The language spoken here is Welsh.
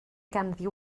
ganddi